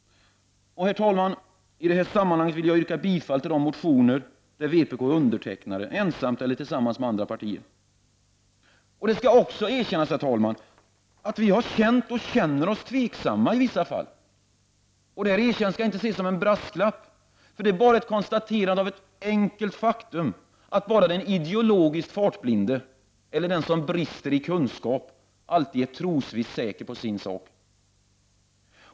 Herr talman! I detta sammanhang yrkar jag bifall till de motioner där vpk undertecknat ensamt eller tillsammans med andra partier. Det skall också erkännas att vi i vissa fall har känt och känner oss tveksamma. Detta erkännande skall inte ses som en brasklapp. Det är bara ett konstaterande av det enkla faktum att bara den ideologiskt fartblinde eller den som brister i kunskap alltid är trosvisst säker på sin sak.